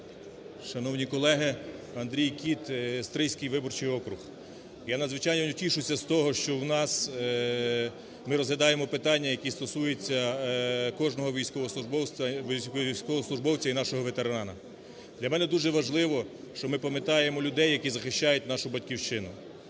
Шановні колеги! Андрій Кіт, Стрийський виборчий округ. Я надзвичайно тішуся з того, що в нас, ми розглядаємо питання, які стосуються кожного військовослужбовця і нашого ветерана. Для мене дуже важливо, що ми пам'ятаємо людей, які захищають нашу Батьківщину.